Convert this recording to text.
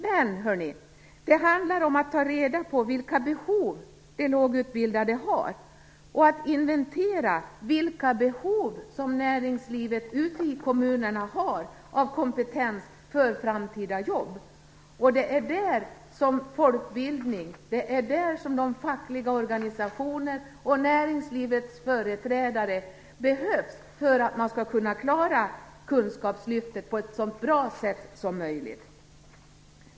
Men det handlar om att ta reda på vilka behov de lågutbildade har och att inventera vilka behov som näringslivet ute i kommunerna har av kompetens för framtida jobb. Och det är där som folkbildning, de fackliga organisationerna och näringslivets företrädare behövs för att man skall kunna klara Kunskapslyftet på ett så bra sätt som möjligt.